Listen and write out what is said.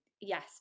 yes